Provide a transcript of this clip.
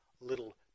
little